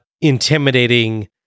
intimidating